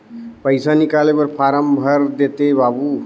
पइसा निकाले बर फारम भर देते बाबु?